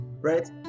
right